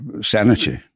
sanity